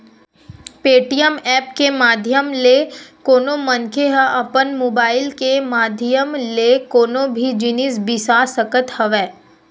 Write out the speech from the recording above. Paytm app के माधियम ले कोनो मनखे ह अपन मुबाइल के माधियम ले कोनो भी जिनिस बिसा सकत हवय